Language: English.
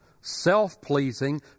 self-pleasing